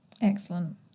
Excellent